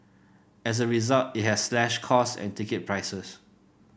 as a result it has slashed costs and ticket prices